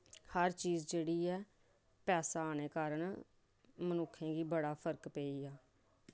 हर चीज जेह्ड़ी ऐ पैसा आने कारण मनुक्खें गी बड़ा फर्क पेई गेआ